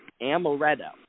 amaretto